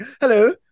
Hello